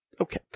Okay